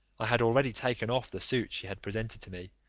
i had already taken off the suit she had presented to me,